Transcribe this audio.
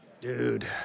Dude